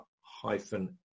hyphen